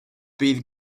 bydd